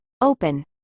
open